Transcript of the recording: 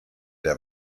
der